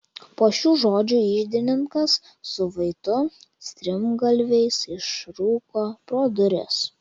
po šių žodžių iždininkas su vaitu strimgalviais išrūko pro duris